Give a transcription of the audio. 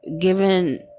given